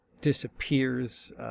disappears